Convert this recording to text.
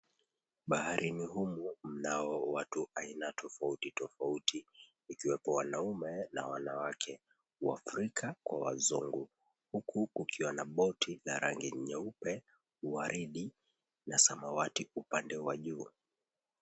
Baharini humu mnao watu aina tofauti tofauti ikiwepo wanaume na wanawake wafkrika kwa wazungu huku kukiwa na boti la rangi nyeupe, waridi na samawati upande wa juu.